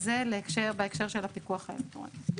זה בהקשר של הפיקוח האלקטרוני.